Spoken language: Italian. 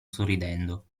sorridendo